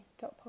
Dot